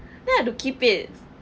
then I've to keep it